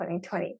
2020